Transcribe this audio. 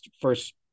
first